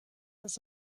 das